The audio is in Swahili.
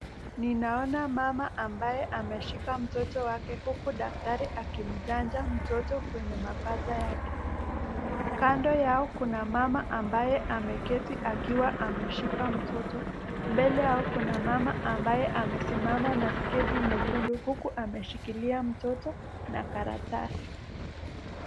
Ninaona mama ambaye ameshika mtoto wake huku daktari akimchanja mtoto kwenye mapaja yake. Kando yao kuna mama ambaye ameketi akiwa ameshika mtoto, mbele yao kuna mtoto ambaye amesimama na sketi nyekundu huku ameshikilia mtoto na karatasi.